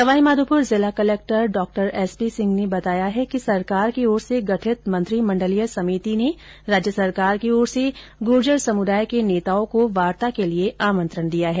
सवाईमाधोपुर जिला कलेक्टर डॉ एसपी सिंह ने बताया है कि सरकार की ओर से गठित मंत्रिमण्डलीय समिति ने राज्य सरकार की ओर से गुर्जर समुदाय के नेताओं को वार्ता के लिए आमंत्रण दिया है